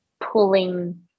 pulling